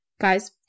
guys